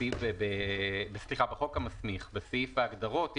בסעיף ההגדרות,